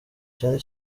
cyane